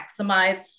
maximize